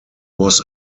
was